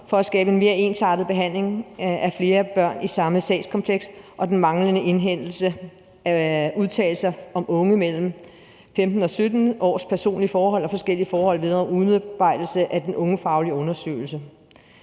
for at skabe en mere ensartet behandling af flere børn i samme sagskompleks og den manglende indhentelse af udtalelser om unge mellem 15 og 17 års personlige forhold og forskellige forhold vedrørende udarbejdelse af den ungefaglige undersøgelse.